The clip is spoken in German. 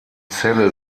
zelle